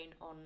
on